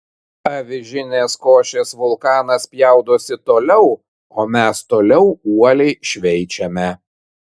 avižinės košės vulkanas spjaudosi toliau o mes toliau uoliai šveičiame